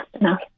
enough